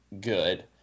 good